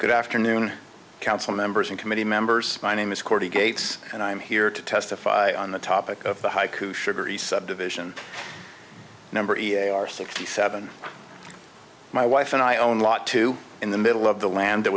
good afternoon council members and committee members my name is courtney gates and i'm here to testify on the topic of the haiku sugaree subdivision number in our sixty seven my wife and i own lot two in the middle of the land that